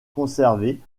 conservée